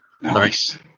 Nice